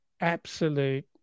absolute